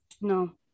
No